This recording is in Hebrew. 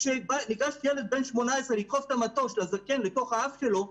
כשנגש ילד בן 18 לדחוף את המטוש לזקן לתוך האף שלו,